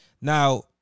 Now